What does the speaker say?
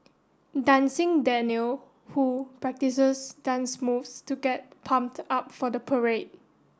dancing Daniel who practices dance moves to get pumped up for the parade